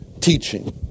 teaching